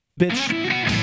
Bitch